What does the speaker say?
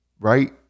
right